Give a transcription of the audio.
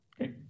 okay